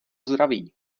zdraví